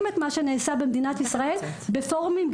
את מה שנעשה במדינת ישראל בפורומים,